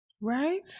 Right